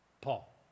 Paul